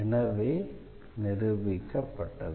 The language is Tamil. எனவே நிரூபிக்கப்பட்டது